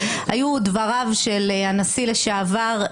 היו דבריו של הנשיא לשעבר,